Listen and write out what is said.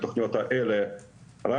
ובתוכניות האלה לא,